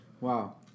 Wow